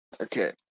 Okay